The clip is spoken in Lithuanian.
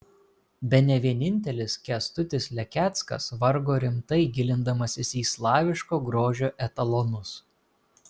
bene vienintelis kęstutis lekeckas vargo rimtai gilindamasis į slaviško grožio etalonus